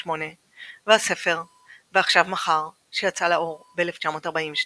והספר "ועכשיו מחר" שיצא לאור ב-1942.